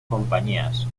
compañías